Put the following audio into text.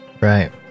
Right